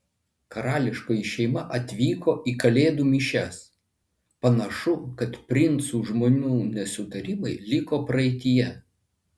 karališkoji šeima atvyko į kalėdų mišias panašu kad princų žmonų nesutarimai liko praeityje